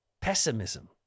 pessimism